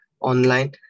online